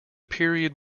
period